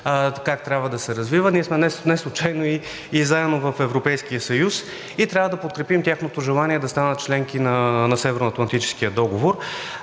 как трябва да се развива. Ние неслучайно сме и заедно в Европейския съюз и трябва да подкрепим тяхното желание да станат членки на Северноатлантическия договор.